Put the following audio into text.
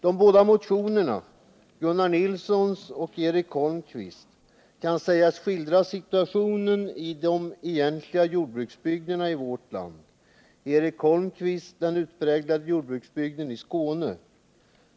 De båda motionerna av Gunnar Nilsson och Eric Holmqvist kan sägas skildra situationen i de egentliga jordbruksbygderna i vårt land. Eric Holmaqvists motion gäller den utpräglade jordbruksbygden i Skåne.